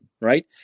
right